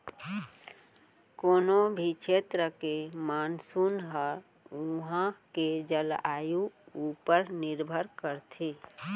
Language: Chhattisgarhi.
कोनों भी छेत्र के मानसून ह उहॉं के जलवायु ऊपर निरभर करथे